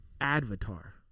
Avatar